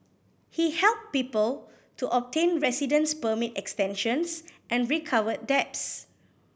he helped people to obtain residence permit extensions and recovered debts